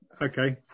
okay